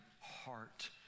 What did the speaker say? heart